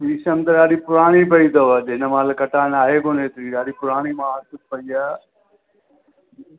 शीशम त ॾाढी पुराणी पई अथव जे हिन महिल कटाइण लाइ आहे कोन हेतरी ॾाढी पुराणी मां वटि बि पई आहे